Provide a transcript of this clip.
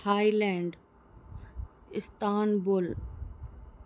Thailand Istanbul